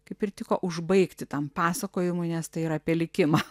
kaip ir tiko užbaigti tam pasakojimui nes tai yra apie likimą